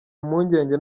impungenge